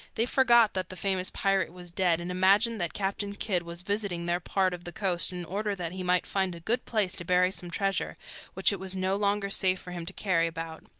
they forgot that the famous pirate was dead, and imagined that captain kidd was visiting their part of the coast in order that he might find a good place to bury some treasure which it was no longer safe for him to carry about.